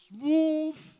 smooth